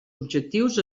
objectius